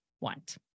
want